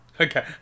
Okay